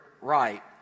right